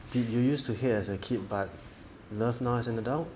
did you use to hear as a kid but love now as an adult